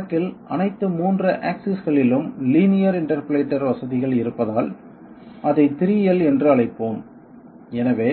இந்த வழக்கில் அனைத்து 3 ஆக்சிஸ்களிலும் லீனியர் இண்டர்போலேட்டர் வசதிகள் இருப்பதால் அதை 3L என்று அழைப்போம் எனவே